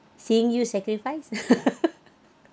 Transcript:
seeing you sacrifice